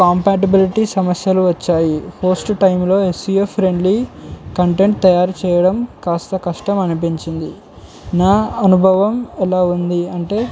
compatibility సమస్యలు వచ్చాయి host టైంలో ఎస్సిఏ ఫ్రెండ్లీ కంటెంట్ తయారు చేయడం కాస్త కష్టం అనిపించింది నా అనుభవం ఎలా ఉంది అంటే